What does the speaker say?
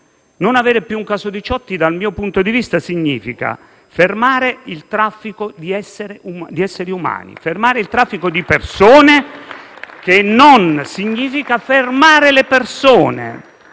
Non avere più un caso Diciotti dal mio punto di vista significa fermare il traffico di esseri umani: fermare il traffico di persone che non significa fermare le persone.